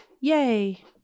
yay